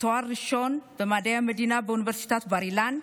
תואר ראשון במדעי המדינה באוניברסיטת בר-אילן.